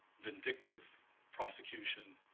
vindictive prosecution,